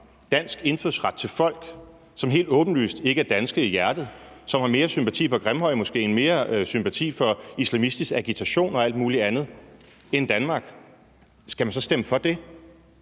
dansk indfødsret til folk, som helt åbenlyst ikke er danske i hjertet, og som har mere sympati for Grimhøjmoskéen og mere sympati for islamistisk agitation og alt muligt andet end Danmark? Kl. 15:15 Første